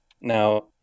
now